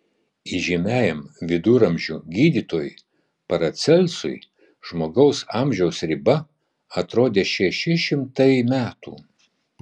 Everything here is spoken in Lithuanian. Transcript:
įžymiajam viduramžių gydytojui paracelsui žmogaus amžiaus riba atrodė šeši šimtai metų